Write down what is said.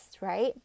right